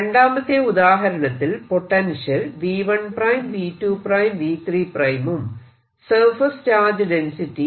രണ്ടാമത്തെ ഉദാഹരണത്തിൽ potential V1ʹ V2ʹ V3ʹ ഉം സർഫേസ് ചാർജ് ഡെൻസിറ്റി